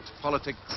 politics